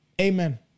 amen